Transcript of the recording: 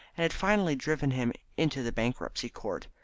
and had finally driven him into the bankruptcy court.